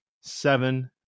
seven